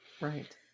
right